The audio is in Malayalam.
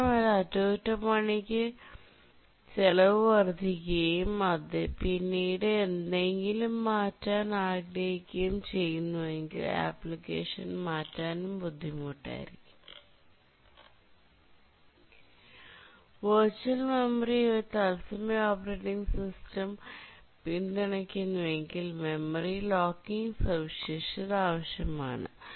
മാത്രമല്ല അറ്റകുറ്റപ്പണിചെലവ് വർദ്ധിക്കുകയും പിന്നീട് എന്തെങ്കിലും മാറ്റാൻ ആഗ്രഹിക്കുകയും ചെയ്യുന്നുവെങ്കിൽ അപ്ലിക്കേഷൻ മാറ്റാനും ബുദ്ധിമുട്ടായിരിക്കും വെർച്വൽ മെമ്മറിയെ ഒരു തത്സമയ ഓപ്പറേറ്റിംഗ് സിസ്റ്റം പിന്തുണയ്ക്കുന്നുവെങ്കിൽ മെമ്മറി ലോക്കിംഗ് സവിശേഷത ആവശ്യമാണ്